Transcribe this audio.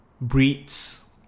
breeds